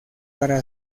para